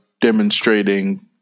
demonstrating